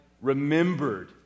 remembered